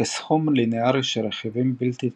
כסכום ליניארי של רכיבים בלתי תלויים,